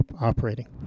operating